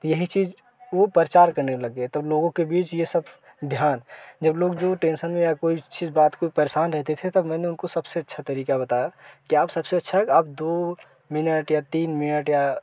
त येही चीज ये प्रचार करने लग गए तो लोगों के बीच ये सब ध्यान जब लोग जो टेंसन में या कोई चीज बात को परेशान रहते थे तब मैंने उनको सबसे अच्छा तरीका बताया कि आप सबसे अच्छा आप दो मिनट या तीन मिनट या